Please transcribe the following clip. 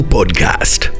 Podcast